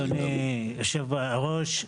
אדוני היושב-ראש,